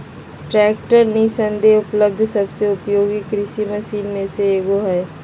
tractor निस्संदेह उपलब्ध सबसे उपयोगी कृषि मशीन में से एगो हइ